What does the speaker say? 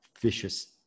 vicious